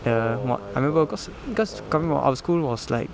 the what I remember cause cause coming from our school was like